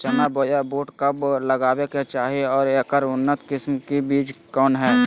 चना बोया बुट कब लगावे के चाही और ऐकर उन्नत किस्म के बिज कौन है?